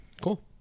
Cool